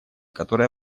которое